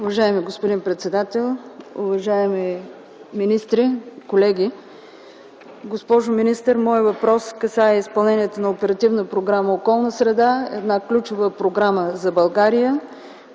Уважаеми господин председател, уважаеми министри, колеги! Госпожо министър, моят въпрос касае изпълнението на Оперативна програма „Околна среда” – една ключова програма за България,